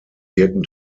wirken